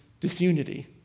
disunity